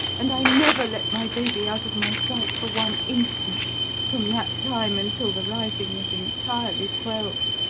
and i never let my baby out of my sight for one instant from that time until the rising was entirely quelled.